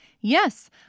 Yes